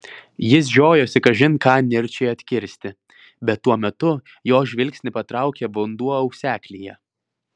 jis žiojosi kažin ką nirčiai atkirsti bet tuo metu jo žvilgsnį patraukė vanduo auseklyje